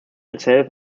itself